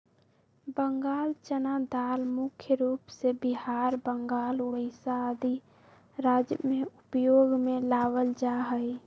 बंगाल चना दाल मुख्य रूप से बिहार, बंगाल, उड़ीसा आदि राज्य में उपयोग में लावल जा हई